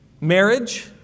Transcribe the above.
Marriage